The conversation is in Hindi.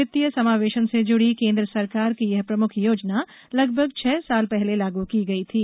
वित्तीय समावेशन से जुडी केन्द्र सरकार की यह प्रमुख योजना लगभग छह साल पहले लागू की थी